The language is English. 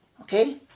Okay